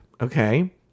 okay